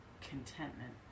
contentment